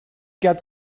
got